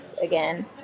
again